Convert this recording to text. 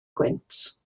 gwynt